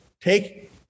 take